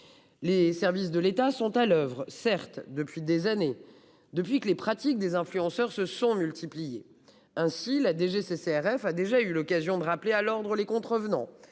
Les services de l'État sont à l'oeuvre certes depuis des années, depuis que les pratiques des influenceurs se sont multipliées. Ainsi, la DGCCRF a déjà eu l'occasion de rappeler à l'ordre les contrevenants.